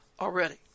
already